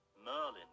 Merlin